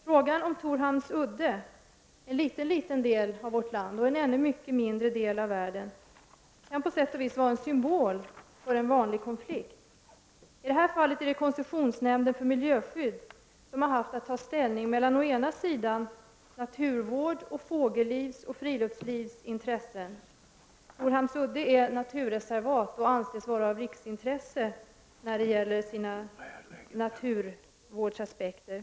Frågan om Torhamns udde — en liten del av vårt land och en ännu mycket mindre del av världen — kan på sätt och vis vara en symbol för en vanlig konflikt. I detta fall är det koncessionsnämnden för miljöskydd som har haft att ta ställning till å ena sidan naturvårdens, fågellivets och friluftslivets intressen och å andra sidan försvarets materielverk, som har behov av områden för provskjutning och som vill utöka den verksamheten.